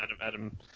Adam